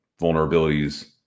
vulnerabilities